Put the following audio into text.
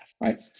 right